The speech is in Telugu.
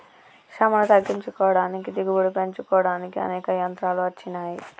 శ్రమను తగ్గించుకోడానికి దిగుబడి పెంచుకోడానికి అనేక యంత్రాలు అచ్చినాయి